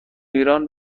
ایران